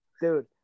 dude